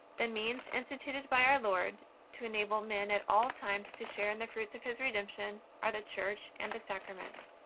the means instituted by our lord to enable men at all times to share in the fruits of his redemption are the church and the sacraments.